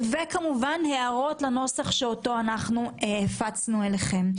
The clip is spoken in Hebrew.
וכמובן הערות לנוסח שאותו אנחנו הפצנו אליכם.